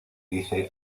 dice